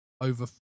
Over